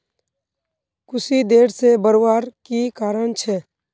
कुशी देर से बढ़वार की कारण छे?